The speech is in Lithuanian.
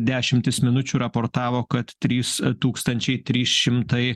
dešimtis minučių raportavo kad trys tūkstančiai trys šimtai